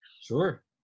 sure